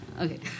Okay